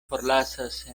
forlasas